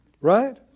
Right